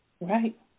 Right